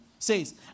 says